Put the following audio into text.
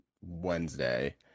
Wednesday